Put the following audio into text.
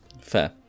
fair